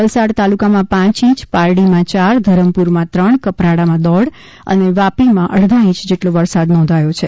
વલસાડ તાલુકામાં પાંચ ઈંચ પારડીમાં ચાર ધરમપુરમાં ત્રણ કપરાડામાં દોઢ ઈંચ અને વાપીમાં અડધા ઇંચ જેટલો વરસાદ નોંધાયો છે